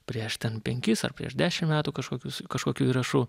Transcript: prieš ten penkis ar prieš dešim metų kažkokius kažkokių įrašų